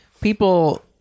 people